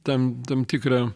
tam tam tikrą